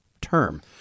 term